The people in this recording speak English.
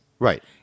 Right